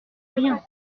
rien